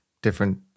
different